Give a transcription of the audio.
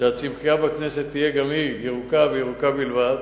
שהצמחייה בכנסת תהיה גם היא ירוקה, וירוקה בלבד.